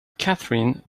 catherine